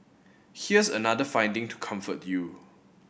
here's another finding to comfort you